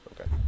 Okay